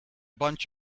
bunch